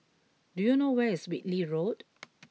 do you know where is Whitley Road